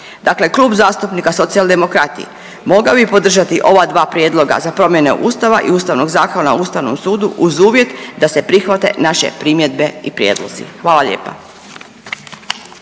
Dakle, Klub zastupnika Socijaldemokrati mogao bi podržati ova dva prijedloga za promjene Ustava i Ustavnog zakona o Ustavnom sudu uz uvjet da se prihvate naše primjedbe i prijedlozi. Hvala lijepa.